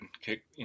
kick